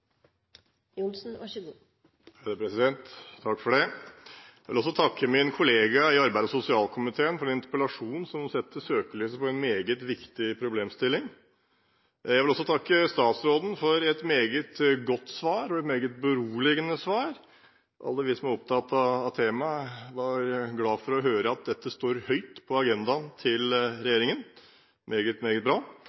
sosialkomiteen for interpellasjonen som setter søkelyset på en meget viktig problemstilling. Jeg vil også takke statsråden for et meget godt og meget beroligende svar. Alle vi som er opptatt av temaet, var glad for å høre at dette står høyt på agendaen til